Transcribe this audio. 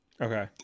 okay